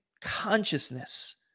consciousness